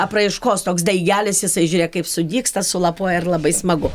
apraiškos toks daigelis jisai žiūrėk kaip sudygsta sulapoja ir labai smagu